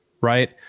right